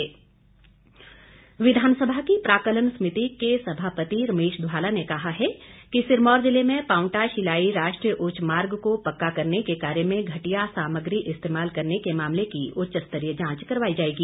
रमेश धवाला विधानसभा की प्राक्कलन समिति के सभापति रमेश धवाला ने कहा है कि सिरमौर जिले में पांवटा शिलाई राष्ट्रीय उच्च मार्ग को पक्का करने के कार्य में घटिया सामग्री इस्तेमाल करने के मामले की उच्च स्तरीय जांच करवाई जाएगी